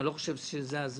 אני לא חושב שזה הזמן